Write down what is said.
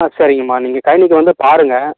ஆ சரிங்கம்மா நீங்கள் கழனிக்கு வந்து பாருங்கள்